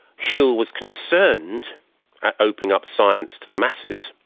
whewell was concerned at opening up science to the masses,